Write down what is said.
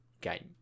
game